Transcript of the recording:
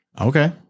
Okay